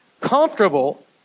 comfortable